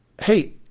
Hey